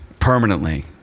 Permanently